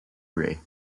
ray